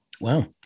wow